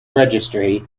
registry